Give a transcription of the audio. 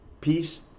peace